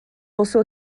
also